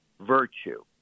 virtue